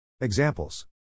Examples